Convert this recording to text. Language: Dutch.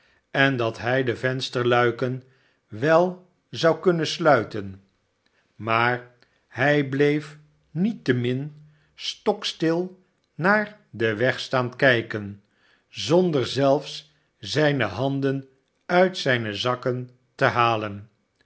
en dat hij de vensterluiken wel zou kunnen sluiten maar hij bleef niettemin stokstil naar den weg staan kijken zonder zelfs zijne handen uit zijne zakken te halen